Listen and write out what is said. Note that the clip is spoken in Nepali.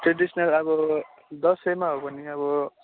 ट्रेडिसनल अब दसैँमा हो भने अब